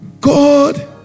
God